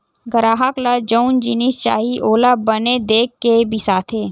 गराहक ल जउन जिनिस चाही ओला बने देख के बिसाथे